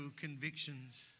convictions